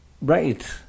right